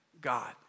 God